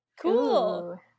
Cool